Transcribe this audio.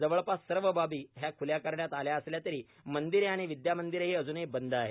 जवळपास सर्व बाबी या ख्ल्या करण्यात आल्या असल्या तरी मंदिरे आणि विद्यामंदिरे अजूनही बंद आहे